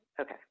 Okay